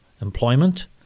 employment